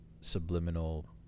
subliminal